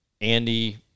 Andy